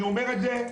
אני אומר את זה,